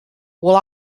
will